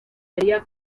haría